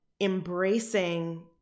embracing